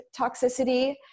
toxicity